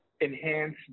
enhance